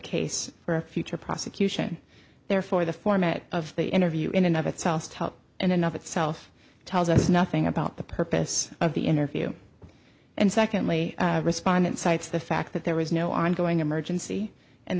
case for a future prosecution therefore the format of the interview in and of itself and enough itself tells us nothing about the purpose of the interview and secondly respondent cites the fact that there was no ongoing emergency and